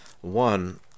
one